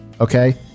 okay